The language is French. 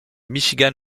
michigan